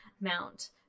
Mount